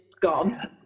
gone